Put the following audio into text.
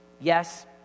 yes